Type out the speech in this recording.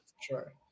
Sure